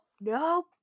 nope